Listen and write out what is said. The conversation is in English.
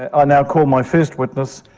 i ah now call my first witness,